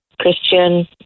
Christian